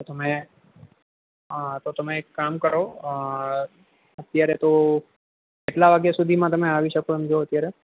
તમે આ તો તમે એક કામ કરો હ અત્યારે તો કેટલા વાગ્યા સુધીમાં તમે આવી શકો એમ છો અત્યારે